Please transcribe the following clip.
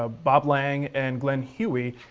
ah bob lang, and glen huey,